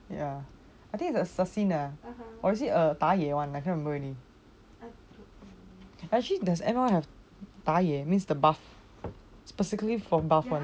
ya I think is a assassin or is it a 打野 [one] I can't remember already actually does anyone have the 打野 means the buff specifically for balmond